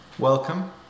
Welcome